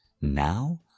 Now